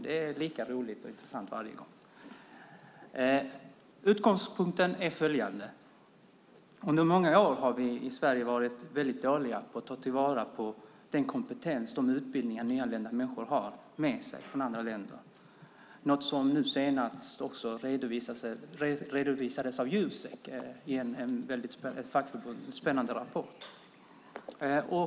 Det är lika roligt och intressant varje gång. Utgångspunkten är följande. Under många år har vi i Sverige varit väldigt dåliga på att ta vara på den kompetens och de utbildningar nyanlända människor har med sig från andra länder, något som nu senast redovisades av fackförbundet Jusek i en väldigt spännande rapport.